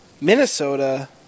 Minnesota